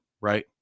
right